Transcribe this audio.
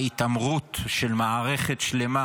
ההתעמרות של מערכת שלמה